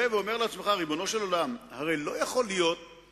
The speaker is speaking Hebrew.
לעצמכם את הצ'אנס האחרון לתקן כמה עוולות בלתי סבירות.